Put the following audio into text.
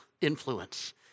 influence